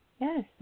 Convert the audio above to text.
Yes